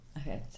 okay